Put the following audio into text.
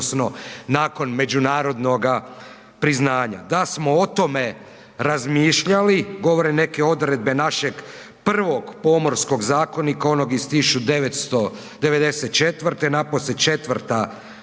odnosno nakon međunarodnoga priznanja. Da smo o tome razmišljali govore neke odredbe našeg prvog Pomorskog zakonika onog iz 1994., napose 4 glava